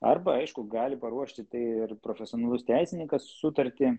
arba aišku gali paruošti tai ir profesionalus teisininkas sutartį